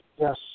yes